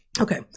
Okay